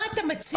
מה אתה מציע?